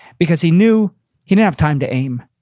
because he knew he didn't have time to aim.